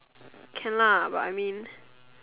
can lah but I mean